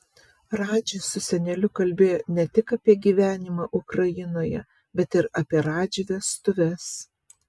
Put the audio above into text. radži su seneliu kalbėjo ne tik apie gyvenimą ukrainoje bet ir apie radži vestuves